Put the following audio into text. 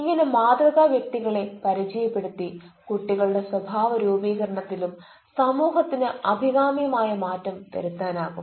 ഇങ്ങനെ മാതൃക വ്യക്തികളെ പരിചയപ്പെടുത്തി കുട്ടികളുടെ സ്വഭാവ രൂപീകണത്തിലും സമൂഹത്തിന് അഭികാമ്യമായ മാറ്റം വരുത്താനാകും